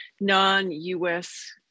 non-us